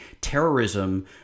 terrorism